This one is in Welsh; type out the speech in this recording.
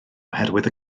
oherwydd